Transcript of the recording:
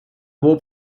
warp